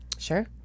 sure